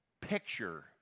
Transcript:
picture